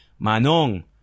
Manong